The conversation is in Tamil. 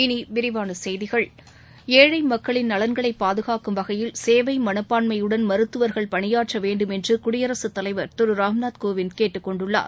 இனி விரிவான செய்திகள் ஏழை மக்களின் நலன்களை பாதுகாக்கும் வகையில் சேவை மனப்பான்மையுடன் மருத்துவர்கள் பணியாற்ற வேண்டும் என்று குடியரசுத் தலைவர் திரு ராம்நாத் கோவிந்த் கேட்டுக் கொண்டுள்ளார்